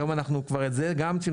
היום אנחנו גם את זה צמצמנו.